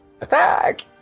Attack